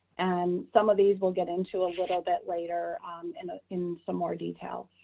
um some of these we'll get into a little bit later in ah in some more detail,